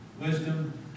wisdom